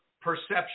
perception